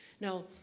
Now